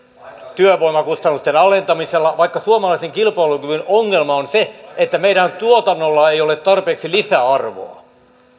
työvoimakustannusten alentamisella vaikka suomalaisen kilpailukyvyn ongelma on se että meidän tuotannolla ei ole tarpeeksi lisäarvoa